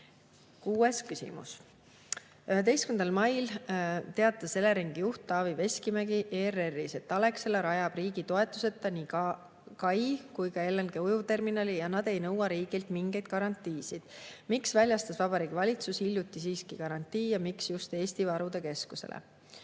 küsimus: "11. mail 2022 teatas Eleringi juht Taavi Veskimägi ERR-is, et "Alexela rajab riigi toetuseta nii kai kui ka LNG ujuvterminali ja nad ei nõua riigilt mingeid garantiisid". Miks väljastas Vabariigi valitsus hiljuti siiski garantii ja miks just Eesti Varude Keskusele?"